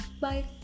Bye